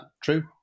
true